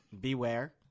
beware